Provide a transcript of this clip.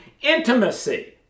intimacy